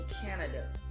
Canada